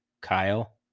Kyle